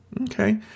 Okay